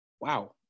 wow